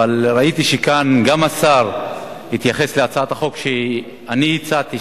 אבל ראיתי שגם השר התייחס כאן להצעת החוק שאני הצעתי,